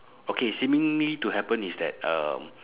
okay seemingly to happen is that um